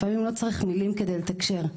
לפעמים לא צריכים מילים כדי לתקשר,